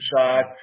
shot